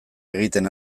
egiten